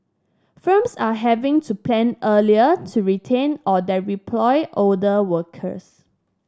firms are having to plan earlier to retrain or older workers